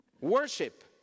Worship